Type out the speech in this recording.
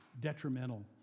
detrimental